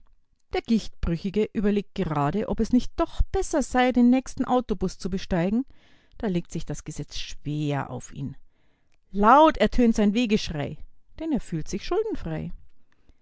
der gichtbrüchige überlegt gerade ob es nicht doch besser sei den nächsten autobus zu besteigen da legt sich das gesetz schwer auf ihn laut ertönt sein wehgeschrei denn er fühlt sich schuldenfrei